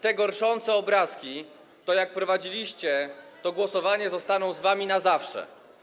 Te gorszące obrazki, to, jak prowadziliście to głosowanie, zostaną z wami na zawsze.